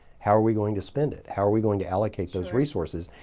how are we going to spend it? how are we going to allocate those resources?